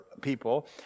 people